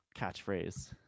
catchphrase